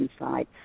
inside